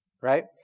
right